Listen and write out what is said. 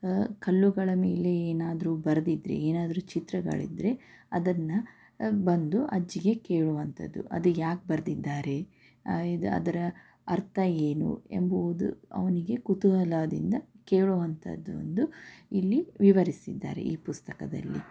ಕಲ್ಲುಗಳ ಮೇಲೆ ಏನಾದರೂ ಬರೆದಿದ್ದರೆ ಏನಾದರೂ ಚಿತ್ರಗಳಿದ್ದರೆ ಅದನ್ನು ಬಂದು ಅಜ್ಜಿಗೆ ಕೇಳುವಂಥದ್ದು ಅದು ಯಾಕೆ ಬರೆದಿದ್ದಾರೆ ಅದರ ಅರ್ಥ ಏನು ಎಂಬುವುದು ಅವನಿಗೆ ಕೂತೂಹಲದಿಂದ ಕೇಳುವಂಥದ್ದು ಒಂದು ಇಲ್ಲಿ ವಿವರಿಸಿದ್ದಾರೆ ಈ ಪುಸ್ತಕದಲ್ಲಿ